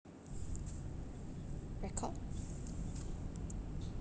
record